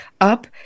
up